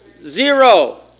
zero